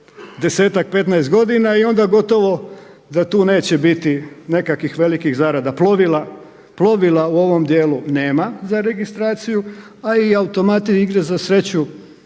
10-tak, 15 godina i onda gotovo da tu neće biti nekakvih velikih zarada. Plovila, plovila u ovom dijelu nema za registraciju, a i automati i igre na sreću